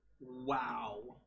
Wow